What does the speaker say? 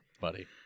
buddy